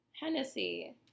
Hennessy